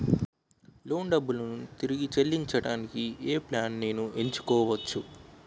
Loan డబ్బులు తిరిగి చెల్లించటానికి ఏ ప్లాన్ నేను ఎంచుకోవచ్చు?